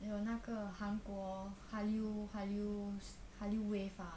有那个韩国 hallyu hallyu hallyu wave ah